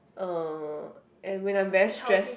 uh and when I'm very stressed